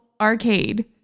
arcade